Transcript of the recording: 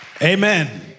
Amen